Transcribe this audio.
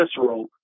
visceral